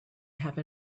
have